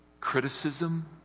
criticism